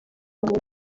ubuntu